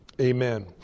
Amen